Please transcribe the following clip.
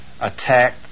attack